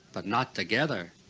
but not together!